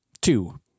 Two